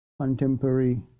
Contemporary